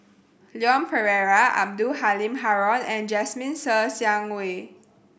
Leon Perera Abdul Halim Haron and Jasmine Ser Xiang Wei